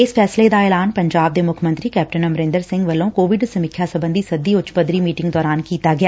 ਇਸ ਫੈਸਲੇ ਦਾ ਐਲਾਨ ਪੰਜਾਬ ਦੇ ਮੁੱਖ ਮੰਤਰੀ ਕੈਪਟਨ ਅਮਰੰਦਰ ਸਿੰਘ ਵੱਲੋਂ ਕੋਵਿਡ ਸਮੀਖਿਆ ਸਬੰਧੀ ਸੱਦੀ ਉੱਚ ਪੱਧਰੀ ਮੀਟਿੰਗ ਦੌਰਾਨ ਕੀਤਾ ਗਿਆ